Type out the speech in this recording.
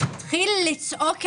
התחיל לצעוק עלי.